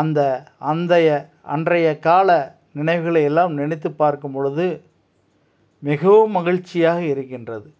அந்த அந்தைய அன்றைய கால நினைவுகளை எல்லாம் நினைத்து பார்க்கும்பொழுது மிகவும் மகிழ்ச்சியாக இருக்கின்றது